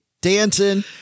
dancing